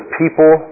people